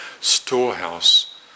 storehouse